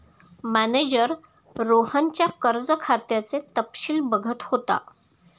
manager रोहनच्या कर्ज खात्याचे तपशील बघत होता